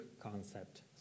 concept